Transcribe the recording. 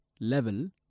level